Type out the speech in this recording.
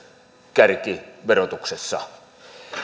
kärkiverotuksessa